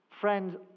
friends